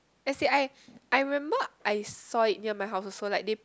as in I I remember I saw it near my house also like they